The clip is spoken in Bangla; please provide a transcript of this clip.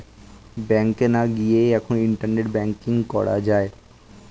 ব্যাংকে না গিয়েই এখন ইন্টারনেটে ব্যাঙ্কিং করা যায়